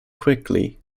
quickly